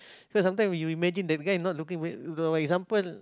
so sometime you imagine that guy not looking for you for example